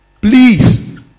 Please